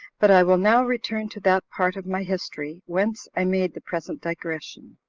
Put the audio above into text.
but i will now return to that part of my history whence i made the present digression.